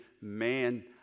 man